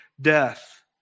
Death